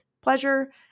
pleasure